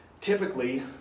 Typically